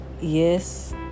Yes